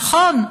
נכון.